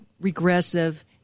regressive